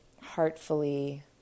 heartfully